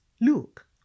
look